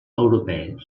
europees